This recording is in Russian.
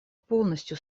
полностью